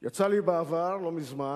יצא לי בעבר, לא מזמן,